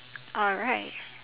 alright